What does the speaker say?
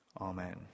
Amen